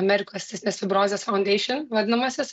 amerikos cistinės fibrozės faundeišin vadinamasis